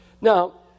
Now